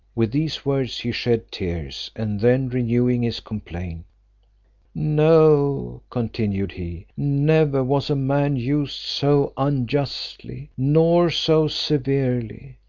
with these words he shed tears, and then renewing his complaint no, continued he, never was a man used so unjustly, nor so severely.